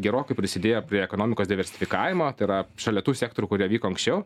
gerokai prisidėjo prie ekonomikos diversifikavimo tai yra šalia tų sektorių kurie vyko anksčiau